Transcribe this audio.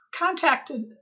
contacted